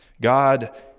God